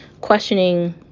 questioning